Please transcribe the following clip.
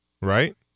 right